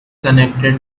connected